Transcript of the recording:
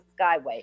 skyway